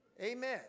Amen